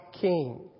King